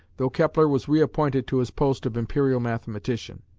though kepler was reappointed to his post of imperial mathematician.